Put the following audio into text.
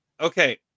okay